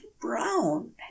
brown